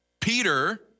Peter